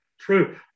true